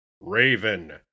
Raven